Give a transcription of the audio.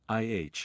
IH